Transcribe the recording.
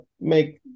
make